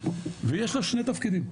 ויש לה שני תפקידים,